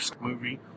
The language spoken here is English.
movie